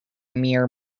muir